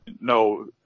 No